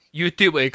YouTube